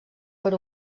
per